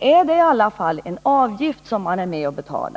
är det 0,125 96 — är det i alla fall en avgift, som man är med och betalar.